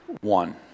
one